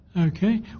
okay